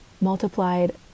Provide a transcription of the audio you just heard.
multiplied